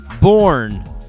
Born